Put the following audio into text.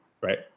Right